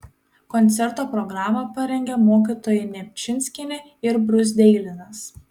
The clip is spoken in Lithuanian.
koncerto programą parengė mokytojai nemčinskienė ir bruzdeilinas